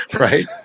Right